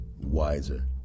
wiser